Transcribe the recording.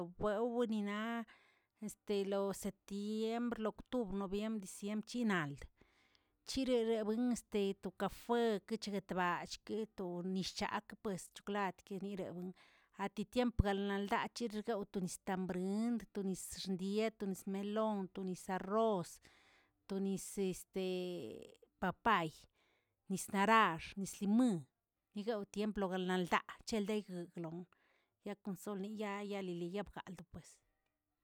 Wewꞌboninaꞌa este lo septiembr, lo octubr, novembr, diciembr, chinalt' chirirebuin este to kafue keche guetballꞌ guetoꞌ nishagꞌ puest chikwlat kenireꞌwen, atitiempo galdninaꞌchiꞌ gawꞌ to nis tambrient, to nis xdieꞌ, to nis melon, to nis arroz, to nis este papay, nis narax nis limoəan, nigaw tiempo loga na' ldaa cheldeg gogloꞌ, ya kon soli yaa yaali liyapkaldo pues.